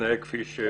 כפי שצריך.